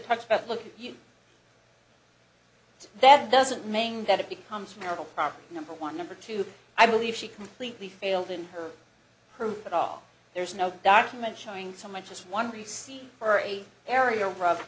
touch but look you but that doesn't mean that it becomes marital property number one number two i believe she completely failed in her proof at all there's no document showing so much as one receipt for eight area r